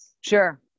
Sure